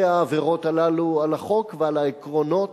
העבירות הללו על החוק ועל העקרונות.